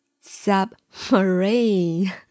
submarine